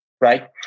right